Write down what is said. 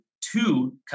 two